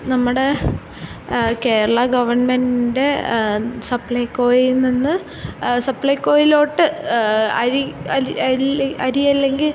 നമ്മുടെ കേരള ഗവൺമെൻറ്റ് സപ്പ്ളൈക്കോയിൽ നിന്ന് സപ്പ്ളൈക്കോയിലോട്ട് അഴി അരി അല്ലെങ്കിൽ